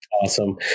Awesome